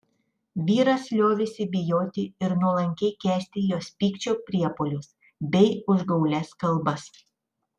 vyras liovėsi bijoti ir nuolankiai kęsti jos pykčio priepuolius bei užgaulias kalbas